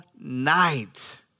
night